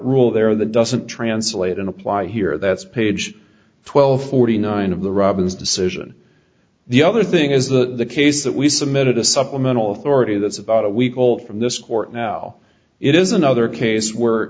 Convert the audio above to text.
rule there that doesn't translate and apply here that's page twelve forty nine of the robbins decision the other thing is the case that we submitted a supplemental authority that's about a week old from this court now it is another